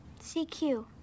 CQ